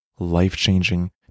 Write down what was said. life-changing